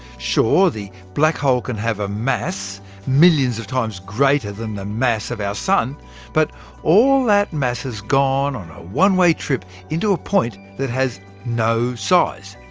sure, the black hole can have a mass millions of times greater than the mass of our sun but all that mass has gone on a one-way trip into a point that has no size.